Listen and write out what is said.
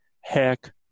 Heck